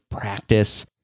practice